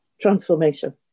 transformation